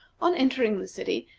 on entering the city,